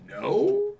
no